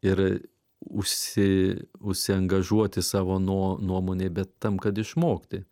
ir užsi užsiangažuoti savo nuomonėj bet tam kad išmokti